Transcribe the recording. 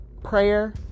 Prayer